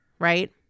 right